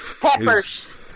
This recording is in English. Peppers